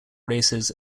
races